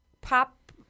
pop